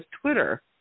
Twitter